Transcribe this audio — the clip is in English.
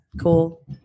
cool